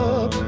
up